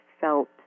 felt